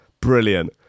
brilliant